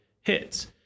hits